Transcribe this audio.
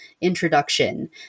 introduction